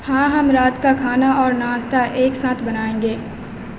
ہاں ہم رات کا کھانا اور ناشتہ ایک ساتھ بنائیں گے